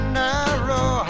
narrow